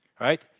right